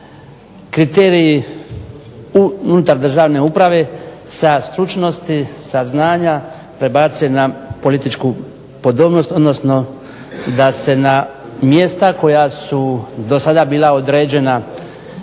kriteriji unutar državne uprave sa stručnosti, sa znanja prebace na političku podobnost odnosno da se na mjesta koja su do sada bila određena